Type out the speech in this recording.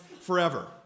forever